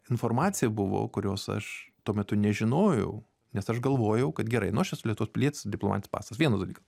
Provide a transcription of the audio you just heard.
informacija buvo kurios aš tuo metu nežinojau nes aš galvojau kad gerai nu aš esu lietuvos pilietis diplomatinis pasas vienas dalykas